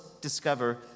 discover